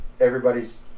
everybody's